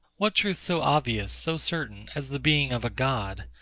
what truth so obvious, so certain, as the being of a god,